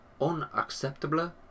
Unacceptable